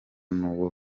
nuwo